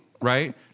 Right